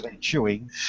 chewing